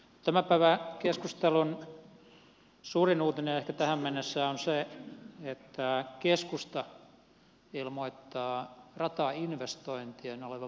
tämän päivän keskustelun suurin uutinen ehkä tähän mennessä on se että keskusta ilmoittaa ratainvestointien olevan vanhakantaista politiikkaa